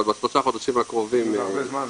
אבל בשלושה חודשים הקרובים --- זה עוד הרבה זמן.